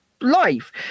life